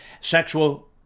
sexual